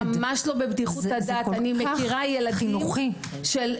זה כל כך חינוכי, לכבד.